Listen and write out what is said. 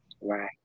Right